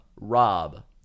Rob